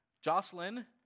Jocelyn